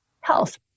health